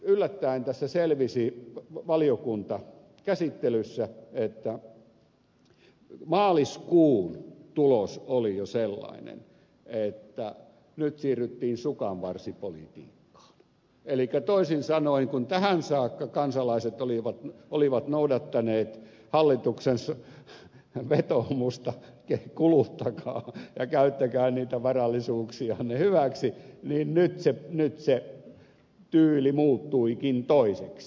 yllättäen tässä selvisi valiokuntakäsittelyssä että maaliskuun tulos oli jo sellainen että nyt siirryttiin sukanvarsipolitiikkaan elikkä toisin sanoen kun tähän saakka kansalaiset olivat noudattaneet hallituksen vetoomusta kuluttakaa ja käyttäkää niitä varallisuuksianne hyväksi nyt se tyyli muuttuikin toiseksi